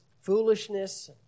foolishness